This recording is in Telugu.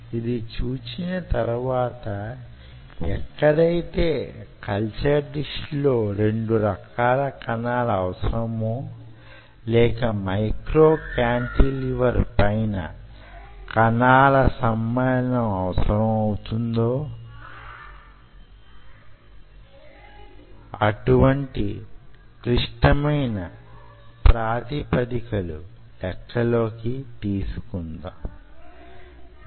ఇది చూచిన తరువాత ఎక్కడైతే కల్చర్ డిష్ లో రెండు రకాల కణాలు అవసరమో లేక మైక్రో క్యాంటిలివర్ పైన కణాల సమ్మేళనం అవసరం అవుతుందో అటువంటి క్లిష్టమైన ప్రాతిపదికలు లెక్కలోకి తీసుకుందాం